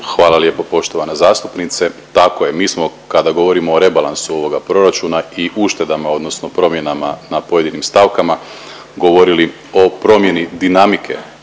Hvala lijepo poštovana zastupnice. Tako je mi smo kada govorimo o rebalansu ovoga proračuna i uštedama odnosno promjenama na pojedinim stavkama govorili o promjeni dinamike